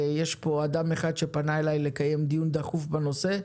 יש פה אדם אחד שפנה אליי לקיים דיון דחוף בנושא,